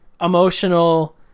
emotional